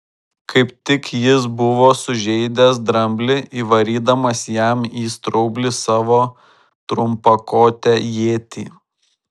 kaip tik jis buvo sužeidęs dramblį įvarydamas jam į straublį savo trumpakotę ietį